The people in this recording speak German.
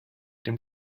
dem